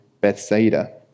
Bethsaida